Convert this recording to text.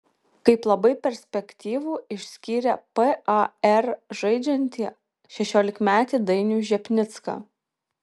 kaip labai perspektyvų išskyrė par žaidžiantį šešiolikmetį dainių žepnicką